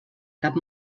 cap